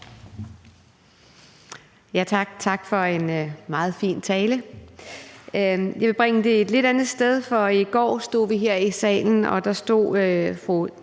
Tak for en meget fin tale. Jeg vil bringe det et lidt andet sted hen, for i går stod fru Trine Pertou